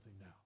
now